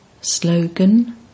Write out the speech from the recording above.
Slogan